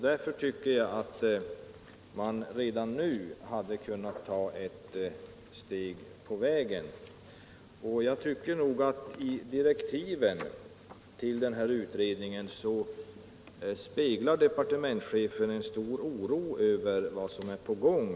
Därför tycker jag att man redan nu hade kunnat ta ett steg på vägen. Jag tycker nog även att direktiven till den här utredningen speglar en stor oro över vad som är på gång.